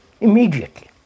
immediately